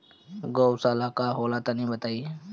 गौवशाला का होला तनी बताई?